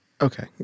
Okay